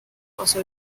also